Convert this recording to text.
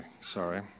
sorry